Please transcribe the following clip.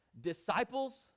Disciples